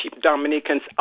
Dominicans